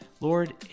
Lord